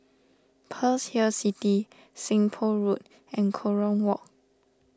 Pearl's Hill City Seng Poh Road and Kerong Walk